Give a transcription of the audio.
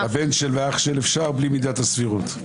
--- הבן של והאח של אפשר בלי מידת הסבירות.